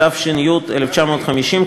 התש"י 1950,